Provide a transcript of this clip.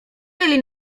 byli